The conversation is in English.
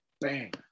bang